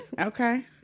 Okay